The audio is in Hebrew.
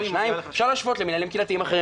אפשר להשוות למינהלים קהילתיים אחרים